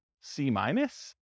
C-minus